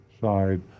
side